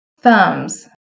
thumbs